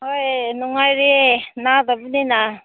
ꯍꯣꯏ ꯅꯨꯡꯉꯥꯏꯔꯤ ꯅꯥꯗꯕꯅꯤꯅ